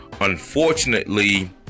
unfortunately